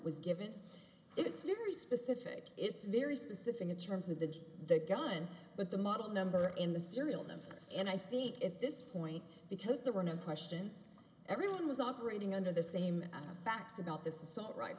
was given it's very specific it's very specific in terms of the the gun but the model number in the serial them and i think at this point because there were no questions everyone was operating under the same facts about this assault right